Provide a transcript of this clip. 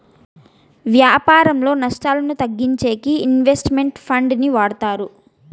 వ్యాపారంలో నష్టాలను తగ్గించేకి ఇన్వెస్ట్ మెంట్ ఫండ్ ని వాడతారు